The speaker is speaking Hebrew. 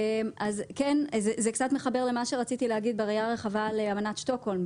זה כן קצת מחבר למה שרציתי להגיד בראייה רחבה על אמנת שטוקהולם.